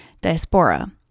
diaspora